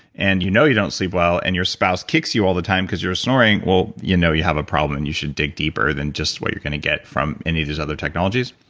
and you know you don't sleep well, and your spouse kicks you all the time because you're snoring, well, you know you have a problem and you should dig deeper than just what you're going to get from any of these other technologies.